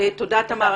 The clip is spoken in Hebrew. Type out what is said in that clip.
תודה, תמר.